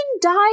died